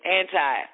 anti